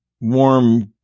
warm